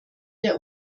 der